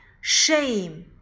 shame